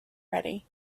ready